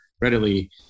readily